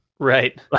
Right